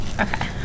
Okay